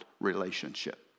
relationship